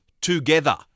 together